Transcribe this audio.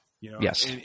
Yes